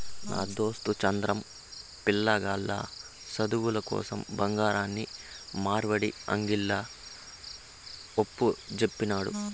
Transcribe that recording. నా దోస్తు చంద్రం, పిలగాల్ల సదువుల కోసరం బంగారాన్ని మార్వడీ అంగిల్ల ఒప్పజెప్పినాడు